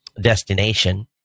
destination